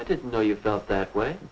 i didn't know you felt that way